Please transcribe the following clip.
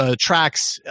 tracks